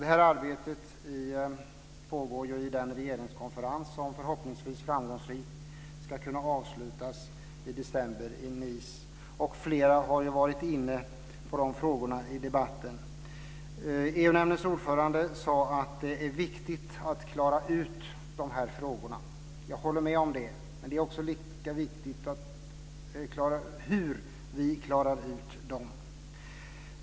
Detta arbete pågår i den regeringskonferens som förhoppningsvis framgångsrikt ska kunna avslutas i december i Nice - flera har ju varit inne på dessa frågor i debatten. EU-nämndens ordförande sade att det är viktigt att man klarar ut dessa frågor. Jag håller med om det. Men det är också viktigt hur vi klarar ut dem.